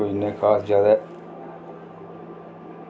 कोई इन्ने खास जादै